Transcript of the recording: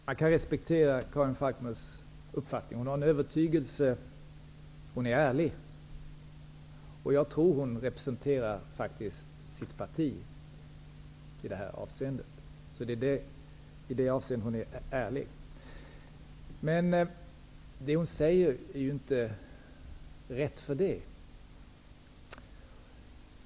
Fru talman! Man kan respektera Karin Falkmers uppfattning; hon har en övertygelse, och hon är ärlig. Jag tror faktiskt att hon representerar sitt parti i det här avseendet, så på det viset är hon ärlig. Men det hon säger är ju inte rätt för den skull.